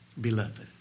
Beloved